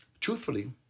truthfully